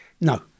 No